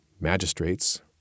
magistrates